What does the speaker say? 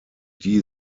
die